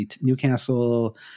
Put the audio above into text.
newcastle